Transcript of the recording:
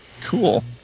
Cool